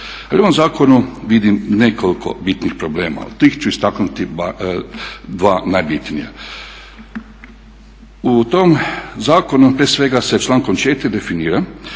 U ovom zakonu vidim nekoliko bitnih problema od tih ću istaknuti dva najbitnija. U tom zakonu prije svega se člankom 4. definira